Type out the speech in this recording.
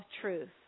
truth